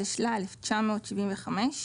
התשל"ה-1975,